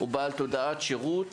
הוא בעל תודעת שירות